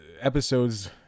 episodes